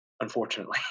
unfortunately